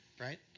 right